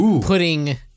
putting